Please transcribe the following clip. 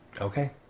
Okay